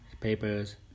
papers